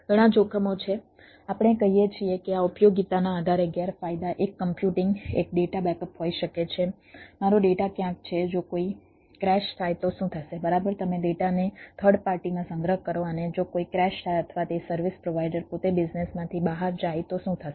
ઘણા જોખમો છે આપણે કહીએ છીએ કે આ ઉપયોગિતાના આધારે ગેરફાયદા એક કમ્પ્યુટિંગ એક ડેટા બેકઅપ માંથી બહાર જાય તો શું થશે